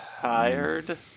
Tired